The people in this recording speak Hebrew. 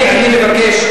אני מבקש,